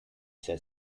said